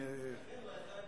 לכן הוא היה חייב